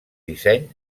disseny